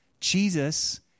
Jesus